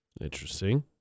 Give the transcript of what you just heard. Interesting